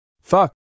Fuck